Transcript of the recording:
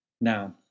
Now